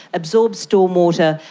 absorb stormwater,